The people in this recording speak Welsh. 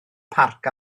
parc